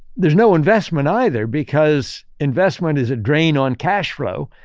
there's no investment either because investment is a drain on cash flow,